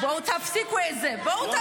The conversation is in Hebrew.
תפסיקו את זה.